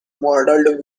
modelled